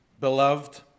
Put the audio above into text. beloved